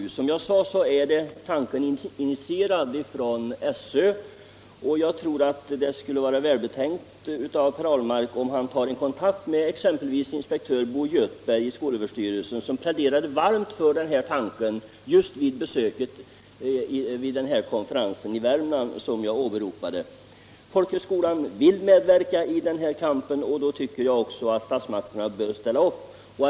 Tanken är - Nr 39 som jag sade initierad av SÖ, och jag tror att det skulle vara välbetänkt Fredagen den av Per Ahlmark att ta kontakt med exempelvis inspektör Bo Göthberg 2 december 1977 i skolöverstyrelsen, som pläderade varmt för detta just i samband med den konferens i Värmland som jag åberopade. Om åtgärder för att Folkhögskolorna vill medverka i kampen mot ungdomsarbetslösheten, = förhindra skador av och då tycker jag att statsmakterna också bör ställa upp för dem.